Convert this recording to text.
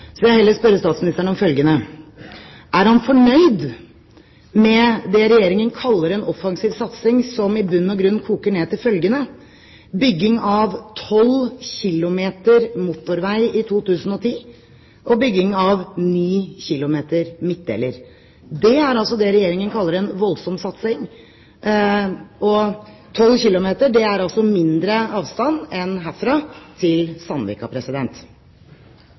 vil jeg heller spørre statsministeren: Er han fornøyd med det Regjeringen kaller en offensiv satsing, som i bunn og grunn koker ned til følgende: bygging av 12 km motorvei i 2010 og bygging av 9 km midtdeler? Det er det Regjeringen kaller en voldsom satsing. 12 km er altså en mindre avstand enn herfra til Sandvika.